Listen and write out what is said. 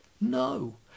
No